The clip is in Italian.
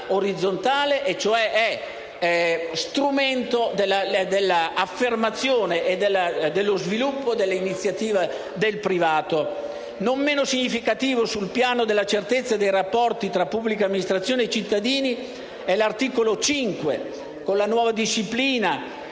e cioè è strumento dell'affermazione e dello sviluppo dell'iniziativa del privato. Non meno significativo sul piano della certezza dei rapporti tra pubblica amministrazione e cittadini è l'articolo 5, con la nuova disciplina